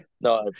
no